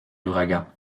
l’ouragan